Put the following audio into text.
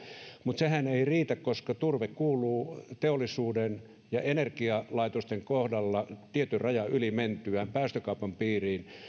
mutta sehän ei riitä koska turve kuuluu teollisuuden ja energialaitosten kohdalla tietyn rajan yli mentyään päästökaupan piiriin